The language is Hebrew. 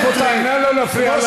נא לא להפריע לדובר.